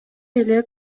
эле